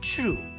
True